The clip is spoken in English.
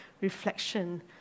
reflection